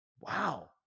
Wow